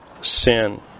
sin